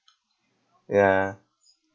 ya